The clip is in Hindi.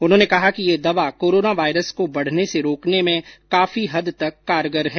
उन्होंने कहा कि यह दवा कोरोना वायरस को बढने से रोकने में काफी हद तक कारगर है